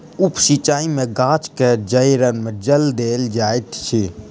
उप सिचाई में गाछ के जइड़ में जल देल जाइत अछि